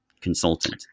consultant